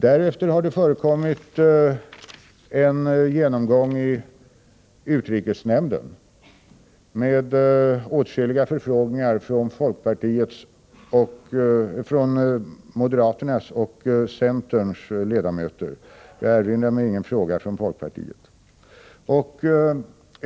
Därefter har det förekommit en genomgång i konstitutionsutskottet med åtskilliga frågor ställda av moderaternas och centerns ledamöter — jag erinrar mig ingen fråga från folkpartiet.